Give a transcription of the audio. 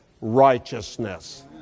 righteousness